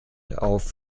auf